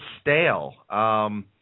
stale